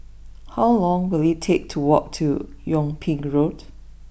how long will it take to walk to Yung Ping Road